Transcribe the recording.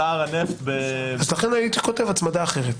שער הנפט --- אז לכן הייתי כותב "הצמדה אחרת",